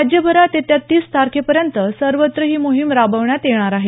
राज्यभरात येत्या तीस तारखेपर्यंत सर्वत्र ही मोहीम राबवण्यात येणार आहे